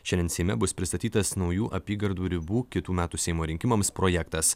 šiandien seime bus pristatytas naujų apygardų ribų kitų metų seimo rinkimams projektas